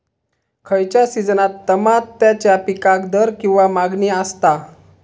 खयच्या सिजनात तमात्याच्या पीकाक दर किंवा मागणी आसता?